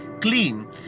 clean